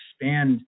expand